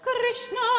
Krishna